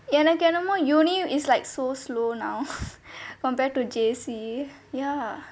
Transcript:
எனக்கு என்னமோ:enakku ennamo university is like so slow now compared to J_C ya